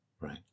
Right